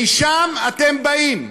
משם אתם באים.